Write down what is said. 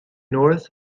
north